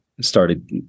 started